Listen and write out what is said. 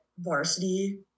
varsity